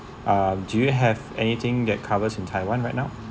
um do you have anything that covers in taiwan right now